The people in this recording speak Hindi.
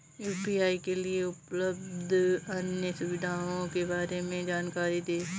यू.पी.आई के लिए उपलब्ध अन्य सुविधाओं के बारे में जानकारी दें?